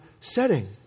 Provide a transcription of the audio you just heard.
setting